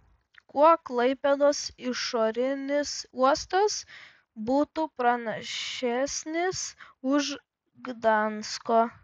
kuo klaipėdos išorinis uostas būtų pranašesnis už gdansko